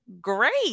great